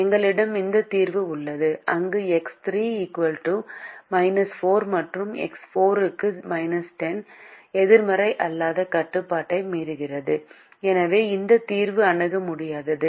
எங்களிடம் இந்த தீர்வு உள்ளது அங்கு எக்ஸ் 3 4 மற்றும் எக்ஸ் 4 10 எதிர்மறை அல்லாத கட்டுப்பாட்டை மீறுகிறது எனவே இந்த தீர்வு அணுக முடியாதது